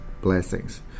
blessings